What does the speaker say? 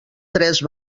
tres